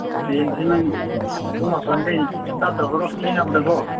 ꯑꯣ ꯍꯌꯦꯡꯁꯦ ꯅꯪ ꯄꯨꯡ ꯃꯥꯄꯟꯗꯩ ꯁ꯭ꯇꯥꯔꯠ ꯇꯧꯍꯧꯔꯣ ꯊꯦꯡꯉꯕꯗꯀꯣ